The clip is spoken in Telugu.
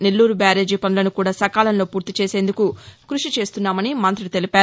నెల్లూరు బ్యారేజీ పనులను కూడా సకాలంలో పూర్తి చేసేందుకు కృషి చేస్తున్నామని మంుతి తెలిపారు